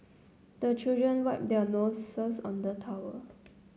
the children wipe their noses on the towel